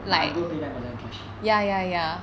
but I got ten percent in cash